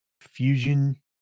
Fusion